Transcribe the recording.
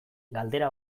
galdera